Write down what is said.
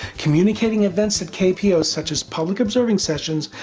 communicating events at kpo such as public observing sessions,